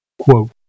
Quote